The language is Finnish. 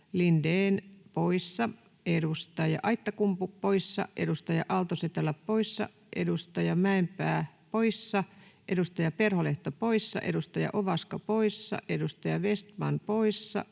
Lindén poissa, edustaja Aittakumpu poissa, edustaja Aalto-Setälä poissa, edustaja Mäenpää poissa, edustaja Perholehto poissa, edustaja Ovaska poissa, edustaja Vestman poissa,